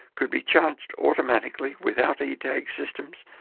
could be charged automatically without etag systems,